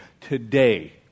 today